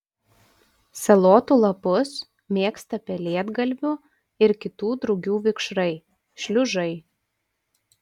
salotų lapus mėgsta pelėdgalvių ir kitų drugių vikšrai šliužai